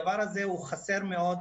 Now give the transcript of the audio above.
הדבר הזה חסר מאוד,